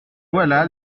voilà